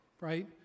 right